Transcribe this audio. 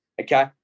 okay